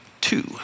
two